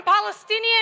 Palestinian